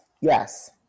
yes